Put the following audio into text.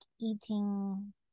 eating